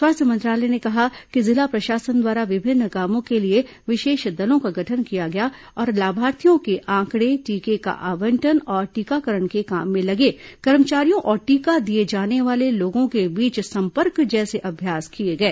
स्वास्थ्य मंत्रालय ने कहा कि जिला प्रशासन द्वारा विभिन्न कामों के लिए विशेष दलों का गठन किया गया और लाभार्थियों के आंकडे टीके के आंबटन और टीकाकरण के काम में लगे कर्मचारियों और टीका दिए जाने वाले लोगों के बीच संपर्क जैसे अभ्यास किए गए